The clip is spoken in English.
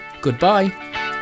goodbye